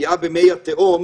פגיעה במי התהום